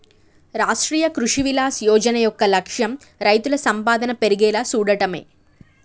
రాష్ట్రీయ కృషి వికాస్ యోజన యొక్క లక్ష్యం రైతుల సంపాదన పెర్గేలా సూడటమే